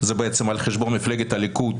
זה על חשבון מפלגת הליכוד.